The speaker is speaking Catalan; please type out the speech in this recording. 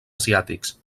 asiàtics